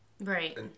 Right